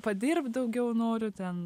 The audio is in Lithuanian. padirbt daugiau noriu ten